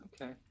Okay